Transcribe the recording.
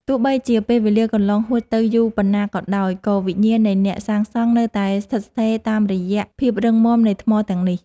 ទោះបីជាពេលវេលាកន្លងហួសទៅយូរប៉ុណ្ណាក៏ដោយ ក៏វិញ្ញាណនៃអ្នកសាងសង់នៅតែស្ថិតស្ថេរតាមរយៈភាពរឹងមាំនៃថ្មទាំងនេះ។